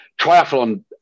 Triathlon